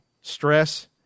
Stress